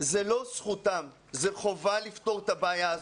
זאת לא זכותם אלא זאת לפתור את הבעיה הזאת.